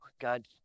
God